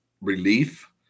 relief